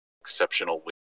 exceptional